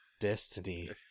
Destiny